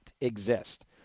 exist